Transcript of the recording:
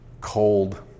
cold